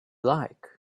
like